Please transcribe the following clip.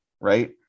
right